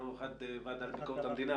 יום אחד בוועדת ביקורת המדינה,